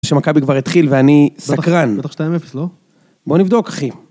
שמכבי כבר התחיל, ואני סקרן. בטח שתיים אפס, לא? בוא נבדוק, אחי.